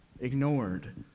ignored